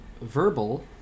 Verbal